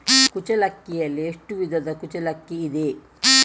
ಕುಚ್ಚಲಕ್ಕಿಯಲ್ಲಿ ಎಷ್ಟು ವಿಧದ ಕುಚ್ಚಲಕ್ಕಿ ಇದೆ?